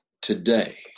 today